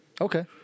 Okay